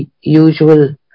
usual